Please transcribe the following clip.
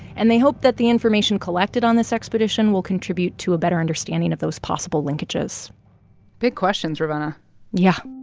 and they hope that the information collected on this expedition will contribute to a better understanding of those possible linkages big questions, ravenna yeah,